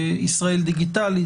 ישראל דיגיטלית,